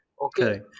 Okay